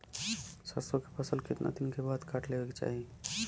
सरसो के फसल कितना दिन के बाद काट लेवे के चाही?